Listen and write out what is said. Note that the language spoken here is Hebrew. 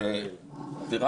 בשורה